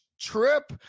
trip